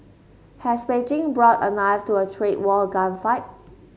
has Beijing brought a knife to a trade war gunfight